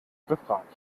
befragt